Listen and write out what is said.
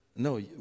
No